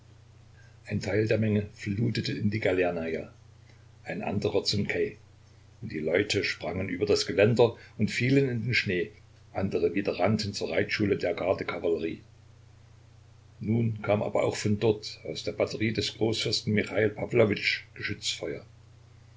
ein teil der menge flutete in die galernaja ein anderer zum quai und die leute sprangen über das geländer und fielen in den schnee andere wieder rannten zur reitschule der gardekavallerie nun kam aber auch von dort aus der batterie des großfürsten